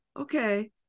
okay